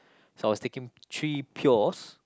so I was taking three pures